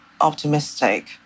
optimistic